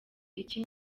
icyo